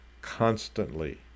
constantly